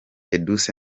edouce